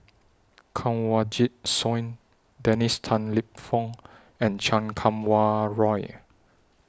Kanwaljit Soin Dennis Tan Lip Fong and Chan Kum Wah Roy